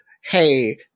Hey